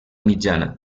mitjana